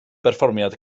berfformiad